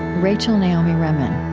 rachel naomi remen.